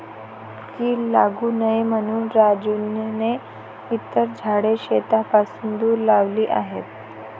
कीड लागू नये म्हणून राजूने इतर झाडे शेतापासून दूर लावली आहेत